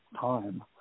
time